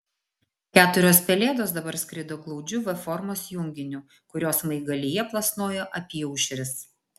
keturios pelėdos dabar skrido glaudžiu v formos junginiu kurio smaigalyje plasnojo apyaušris